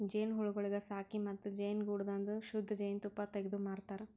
ಜೇನುಹುಳಗೊಳಿಗ್ ಸಾಕಿ ಮತ್ತ ಜೇನುಗೂಡದಾಂದು ಶುದ್ಧ ಜೇನ್ ತುಪ್ಪ ತೆಗ್ದು ಮಾರತಾರ್